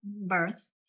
birth